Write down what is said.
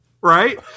right